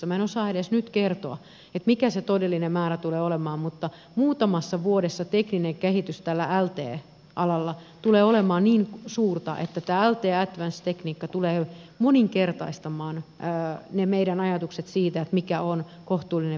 minä en osaa edes nyt kertoa mikä se todellinen määrä tulee olemaan mutta muutamassa vuodessa tekninen kehitys tällä lte alalla tulee olemaan niin suurta että tämä lte advanced tekniikka tulee moninkertaistamaan ne meidän ajatuksemme siitä mikä on kohtuullinen verkkoyhteys